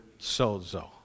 sozo